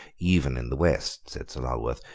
even in the west, said sir lulworth,